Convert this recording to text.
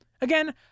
Again